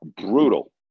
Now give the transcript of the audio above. brutal